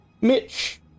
Mitch